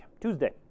Tuesday